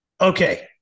Okay